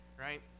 right